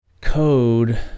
code